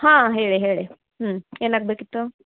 ಹಾಂ ಹೇಳಿ ಹೇಳಿ ಹ್ಞೂ ಏನಾಗಬೇಕಿತ್ತು